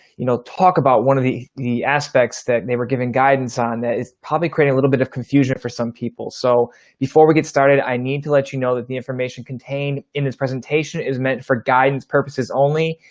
you know, talk about one of the the aspects that they were given guidance on that is probably creating a little bit of confusion for some people. so before we get started, i need to let you know that the information contained in this presentation is meant for guidance purposes only,